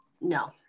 no